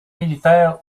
militaires